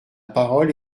parole